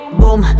boom